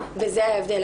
וזה ההבדל.